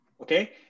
okay